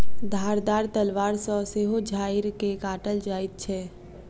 धारदार तलवार सॅ सेहो झाइड़ के काटल जाइत छै